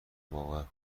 باور